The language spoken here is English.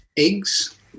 Eggs